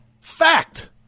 Fact